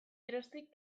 geroztik